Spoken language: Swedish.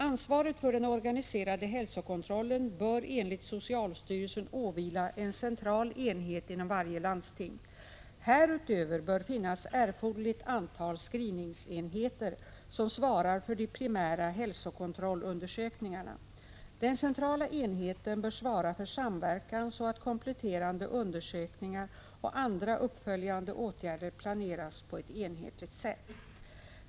Ansvaret för den organiserade hälsokontrollen bör enligt socialstyrelsen åvila en central enhet inom varje landsting. Härutöver bör finnas erforderligt — Prot. 1985/86:142 antal secreeningenheter som svarar för de primära hälsokontrollundersök 15 maj 1986 ningarna. Den centrala enheten bör svara för samverkan så att kompletteran OLE Rand Zz Sr E de undersökningar och andra uppföljande åtgärder planeras på ett enhetligt m de allmänna hälsokontrollerna sätt.